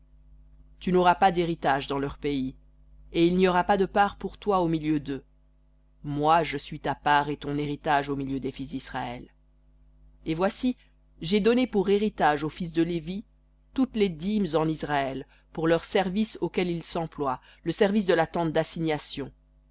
tu n'auras pas d'héritage dans leur pays et il n'y aura pas de part pour toi au milieu d'eux moi je suis ta part et ton héritage au milieu des fils disraël et voici j'ai donné pour héritage aux fils de lévi toutes les dîmes en israël pour leur service auquel ils s'emploient le service de la tente d'assignation